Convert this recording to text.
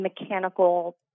mechanical